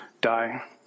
die